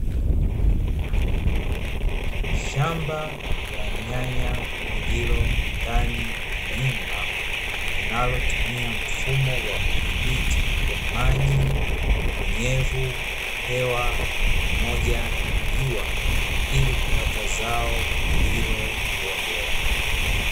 Shamba la nyanya lililo ndani ya nyumba, linalotumia mfumo wa udhibiti wa: maji, unyevu, hewa pamoja na jua; ili kupata zao lillokuwa bora.